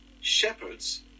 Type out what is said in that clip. Shepherds